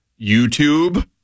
YouTube